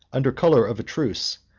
under color of a truce,